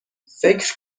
فکر